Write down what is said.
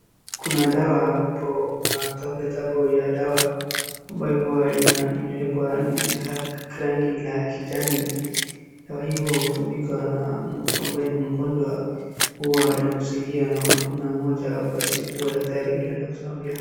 Kuna dawa amabapo, kuna tablet hapo ya dawa ambayo huwa ina, imewekwa ni inakaa ni rangi la kijani, dawa hiyo hutumika na mtu amabaye ni mgonjwa, huwa inakusaidia na unakunywa moja kwa siku au daktari vile anakuhesabia,